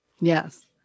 Yes